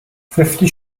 fifty